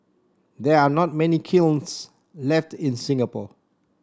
there are not many kilns left in Singapore